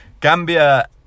Gambia